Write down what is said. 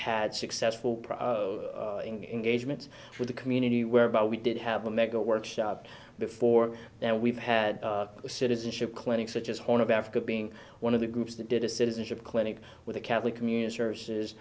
had successful proud of engagements for the community whereby we did have a mega workshop before now we've had citizenship clinics such as horn of africa being one of the groups that did a citizenship clinic with a catholic community services